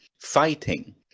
fighting